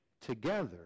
together